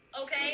Okay